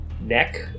neck